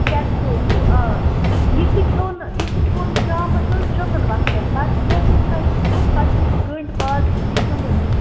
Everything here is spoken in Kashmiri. کیٚپشوٗل ہِیٛوٗ آ یہِ چھُ کھیٚون یہِ چھُ کھیٚون شامَس حظ شۄنٛگن وَقتَن بَتہٕ کھٮ۪تھ یُس تۅہہِ چھُو کھیٚون پَتہٕ چھُ یہِ گَنٹہٕ بعد کھیٚون یہِ شۄنٛگن وِزِ